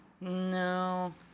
No